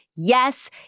Yes